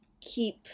keep